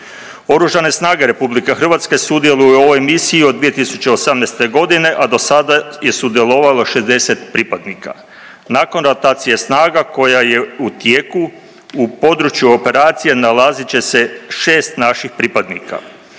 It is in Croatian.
Oružane snage Republike Hrvatske sudjeluju u ovoj misiji od 2018. godine, a do sada je sudjelovalo 60 pripadnika. Nakon rotacije snaga koja je u tijeku u području operacije nalazit će se šest naših pripadnika.